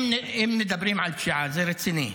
אם מדברים על פשיעה, זה רציני: